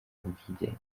ubwigenge